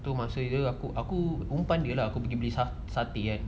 tu masa dia aku umpan dia lah aku pergi beli sat~ satay eh